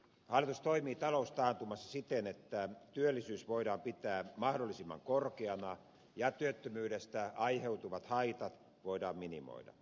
hallitus toimii taloustaantumassa siten että työllisyys voidaan pitää mahdollisimman kor keana ja työttömyydestä aiheutuvat haitat voidaan minimoida